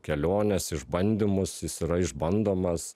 keliones išbandymus jis yra išbandomas